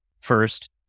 first